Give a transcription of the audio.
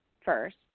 first